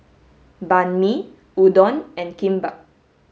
Banh Mi Udon and Kimbap